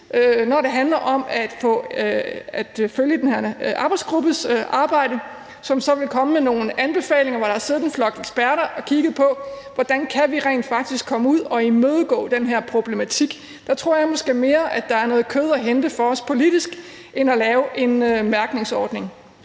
når det handler om at følge den her arbejdsgruppes arbejde, som så vil komme med nogle anbefalinger, efter at der har siddet en flok eksperter og kigget på, hvordan man rent faktisk kan imødegå den her problematik, tror jeg måske, at der er mere at hente for os politisk dér end ved at lave en mærkningsordning.